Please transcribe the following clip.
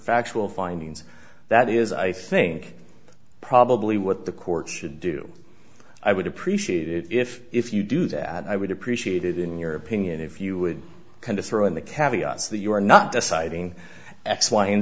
factual findings that is i think probably what the court should do i would appreciate it if if you do that i would appreciate it in your opinion if you would kind of throw in the caviar's that you are not deciding x y and